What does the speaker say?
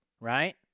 right